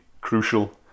crucial